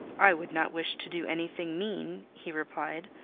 i would not wish to do any thing mean, he replied.